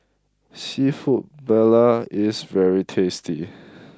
Seafood Paella is very tasty